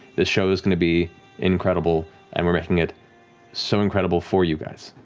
this show is going to be incredible and we're making it so incredible for you guys.